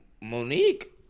Monique